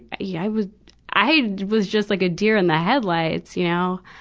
i was i was just like a deer in the headlights, you know.